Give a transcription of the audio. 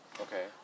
Okay